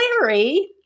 Larry